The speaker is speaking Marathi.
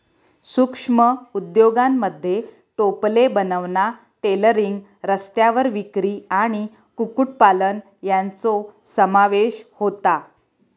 सूक्ष्म उद्योगांमध्ये टोपले बनवणा, टेलरिंग, रस्त्यावर विक्री आणि कुक्कुटपालन यांचो समावेश होता